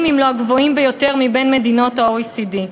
אם לא הגבוהים ביותר במדינות ה-OECD.